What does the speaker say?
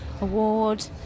Award